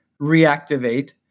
reactivate